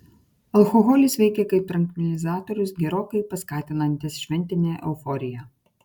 alkoholis veikia kaip trankvilizatorius gerokai paskatinantis šventinę euforiją